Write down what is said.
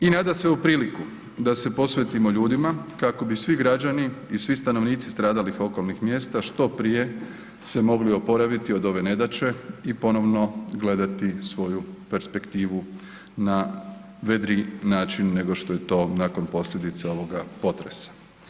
I nadasve u priliku da se posvetimo ljudima kako bi svi građani i svi stanovnici stradalih okolnih mjesta što prije se mogli oporaviti od ove nedaće i ponovno gledati svoju perspektivu na vedriji način nego što je to nakon posljedice ovoga potresa.